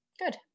Good